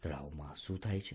તળવામાં શું થાય છે